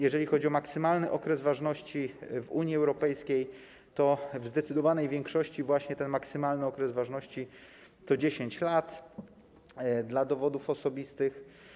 Jeżeli chodzi o maksymalny okres ważności w Unii Europejskiej, to w zdecydowanej większości ten maksymalny okres ważności to 10 lat dla dowodów osobistych.